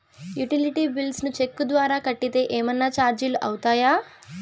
Utility bills ను cheque ద్వారా కట్టితే ఏమన్నా చార్జీలు అవుతాయా?